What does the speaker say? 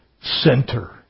center